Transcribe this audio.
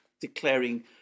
declaring